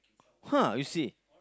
!huh! you see